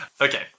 Okay